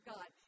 God